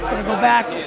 go back,